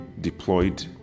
deployed